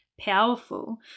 powerful